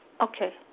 Okay